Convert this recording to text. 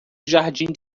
jardim